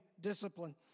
discipline